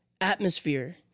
atmosphere